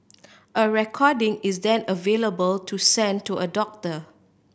a recording is then available to send to a doctor